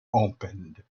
opened